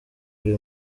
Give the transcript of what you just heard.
iri